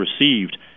received